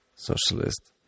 socialist